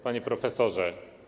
Panie Profesorze!